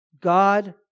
God